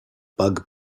bug